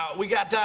we got,